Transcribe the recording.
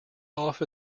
off